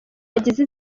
bagize